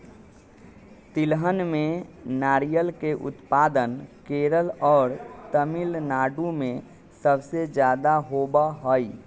तिलहन में नारियल के उत्पादन केरल और तमिलनाडु में सबसे ज्यादा होबा हई